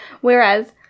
whereas